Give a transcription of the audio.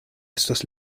estos